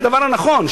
הדבר הנכון,